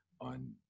on